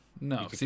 no